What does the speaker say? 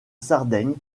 sardaigne